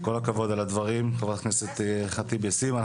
כל הכבוד על הדברים חברת הכנסת ח'טיב יאסין.